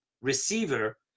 receiver